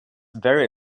very